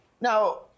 now